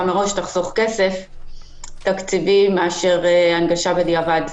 מראש תחסוך כסף תקציבי מאשר הנגשה בדיעבד.